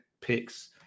picks